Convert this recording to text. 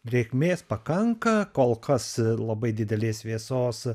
drėgmės pakanka kol kas labai didelės vėsos